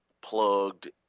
plugged